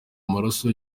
amaraso